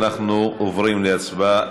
אנחנו עוברים להצבעה.